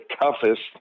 toughest